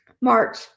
March